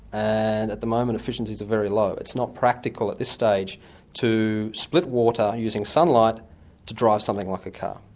and at the moment, efficiencies are very low. it's not practical at this stage to split water using sunlight to drive something like a car.